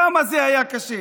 כמה זה היה קשה.